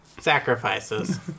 sacrifices